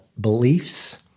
beliefs